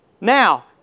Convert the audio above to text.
Now